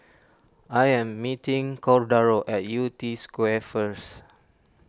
I am meeting Cordaro at Yew Tee Square first